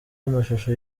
amashusho